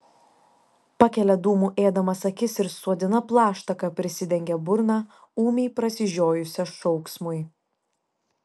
pakelia dūmų ėdamas akis ir suodina plaštaka prisidengia burną ūmai prasižiojusią šauksmui